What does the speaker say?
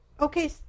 Okay